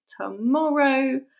tomorrow